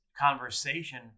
conversation